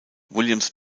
williams